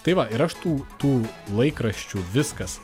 tai va ir aš tų tų laikraščių viskas